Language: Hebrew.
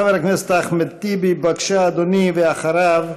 חבר הכנסת אחמד טיבי, בבקשה, אדוני, ואחריו,